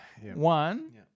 one